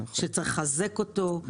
צריך לחזק אותו,